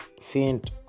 Faint